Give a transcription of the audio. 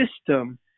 system